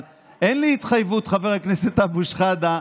אבל אין לי התחייבות, חבר הכנסת אבו שחאדה,